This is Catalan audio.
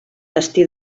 destí